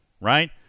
right